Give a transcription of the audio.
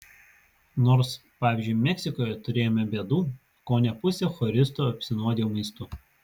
nors pavyzdžiui meksikoje turėjome bėdų kone pusė choristų apsinuodijo maistu